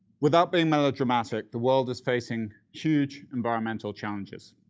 without being melodramatic, the world is facing huge environmental challenges.